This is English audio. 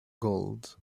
gold